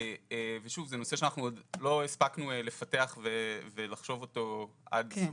זה נושא שאנחנו לא הספקנו לפתח ולחשוב עליו עד סופו,